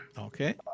Okay